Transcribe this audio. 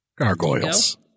gargoyles